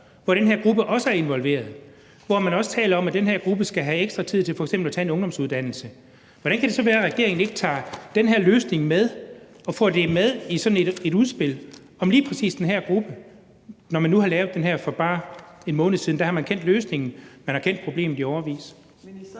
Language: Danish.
hvor den her gruppe også er involveret, og hvor man også taler om, at den her gruppe skal have ekstra tid til f.eks. at tage en ungdomsuddannelse, undre mig, at regeringen ikke tager den her løsning med og får det med i sådan et udspil om lige præcis den her gruppe. Hvordan kan det være, når man nu har lavet det her for bare en måned siden, hvor man har kendt løsningen, og man har kendt til problemet i årevis?